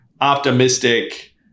Optimistic